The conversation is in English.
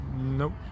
nope